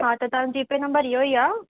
हा त तव्हांजो जीपे नंबर इहो ई आहे